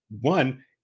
One